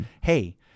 hey